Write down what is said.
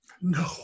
No